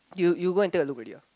you you go and take a look already ah